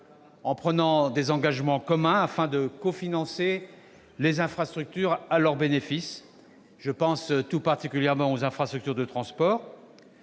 en prenant des engagements communs, afin de cofinancer des infrastructures à leur bénéfice. Je pense tout particulièrement aux infrastructures de transport.